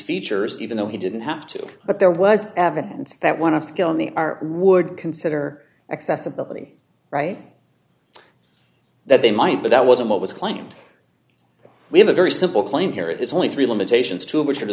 features even though he didn't have to but there was evidence that want to kill him they are would consider accessibility right that they might but that wasn't what was claimed we have a very simple claim here there's only three limitations two of which are